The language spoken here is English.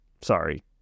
sorry